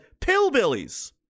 pillbillies